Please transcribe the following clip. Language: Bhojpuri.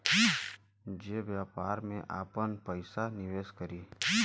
जे व्यापार में आपन पइसा निवेस करी